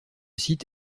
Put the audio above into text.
site